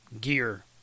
gear